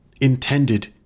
intended